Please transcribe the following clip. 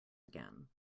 again